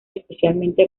especialmente